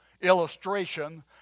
illustration